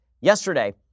yesterday